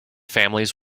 families